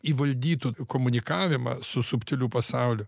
įvaldytų komunikavimą su subtiliu pasauliu